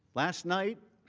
last night,